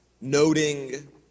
noting